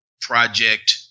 project